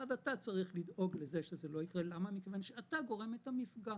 ואז אתה צריך לדאוג לזה שזה לא יקרה מכיוון שאתה גורם את המפגע.